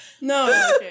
No